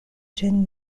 ĝin